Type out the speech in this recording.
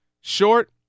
short